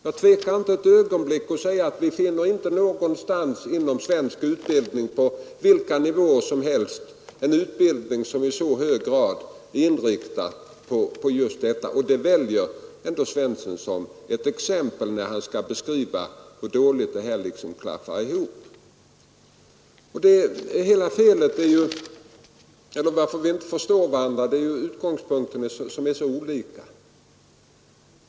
Jag tvekar inte ett ögonblick att säga, att vi inte någonstans på några nivåer inom svenskt utbildningsväsende finner en utbildning som i så hög grad är inriktad på nyttan i det praktiska livet. Och det väljer herr Svensson nu som exempel, när han skall beskriva hur dåligt allting klaffar! Nej, orsaken till att vi inte förstår varandra är att utgångspunkterna är så olika.